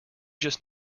just